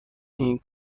این